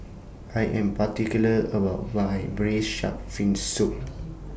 I Am particular about My Braised Shark Fin Soup